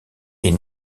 est